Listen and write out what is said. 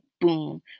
boom